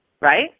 right